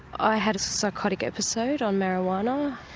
i had a psychotic episode on marijuana,